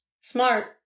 Smart